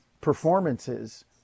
performances